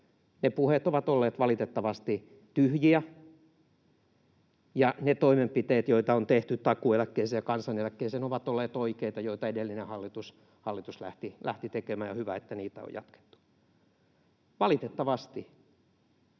Ne puheet ovat olleet valitettavasti tyhjiä, ja toimenpiteet, joita on tehty takuueläkkeeseen ja kansaneläkkeeseen, ovat olleet oikeita, ne joita edellinen hallitus lähti tekemään, ja hyvä, että niitä on jatkettu. Valitettavasti